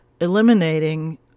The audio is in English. eliminating